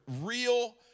real